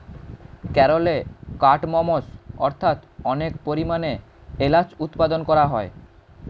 কেরলে কার্ডমমস্ অর্থাৎ অনেক পরিমাণে এলাচ উৎপাদন করা হয়